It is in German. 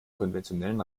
konventionellen